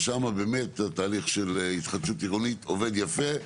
שם, באמת, התהליך של התחדשות עירונית עובד יפה,